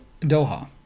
Doha